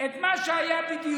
להחזיר את מה שהיה בדיוק